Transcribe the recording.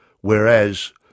whereas